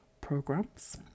programs